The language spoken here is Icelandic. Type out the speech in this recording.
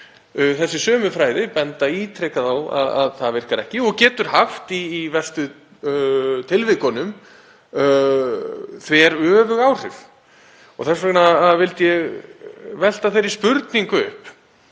Þessi sömu fræði benda ítrekað á að það virkar ekki og getur haft í verstu tilvikunum þveröfug áhrif. Þess vegna vildi ég velta þeirri spurningu upp: